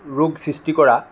ৰোগ সৃষ্টি কৰা